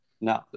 No